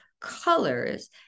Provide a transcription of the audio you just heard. colors